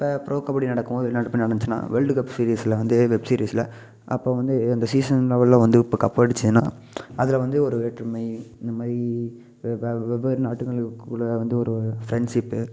இப்போ ப்ரோ கபடி நடக்கும்போது வெளிநாட்டில் இப்போ நடந்துச்சுனா வேர்ல்டு கப் சீரீஸில் வந்து வெப்சீரீஸில் அப்போ வந்து அந்த சீசன் லெவலில் வந்து இப்போ கப் அடிச்சேனா அதில் வந்து ஒரு வேற்றுமை இந்தமாதிரி வெவ்வேறு நாட்டுங்களுக்குள்ள வந்து ஒரு ஃப்ரெண்ட்ஷிப்பு